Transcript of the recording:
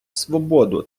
свободу